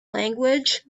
language